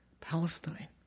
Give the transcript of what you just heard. Palestine